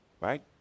right